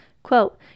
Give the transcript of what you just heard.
Quote